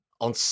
on